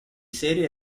serie